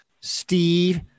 Steve